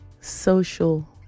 social